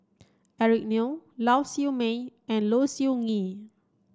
Eric Neo Lau Siew Mei and Low Siew Nghee